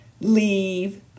Leave